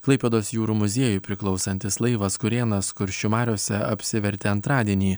klaipėdos jūrų muziejui priklausantis laivas kurėnas kuršių mariose apsivertė antradienį